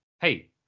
Hey